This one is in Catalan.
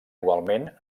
igualment